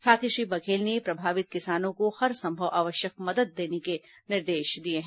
साथ ही श्री बघेल ने प्रभावित किसानों को हर संभव आवश्यक मदद देने के निर्देश दिए हैं